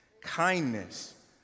kindness